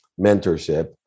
Mentorship